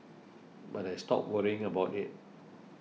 but I stopped worrying about it